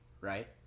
right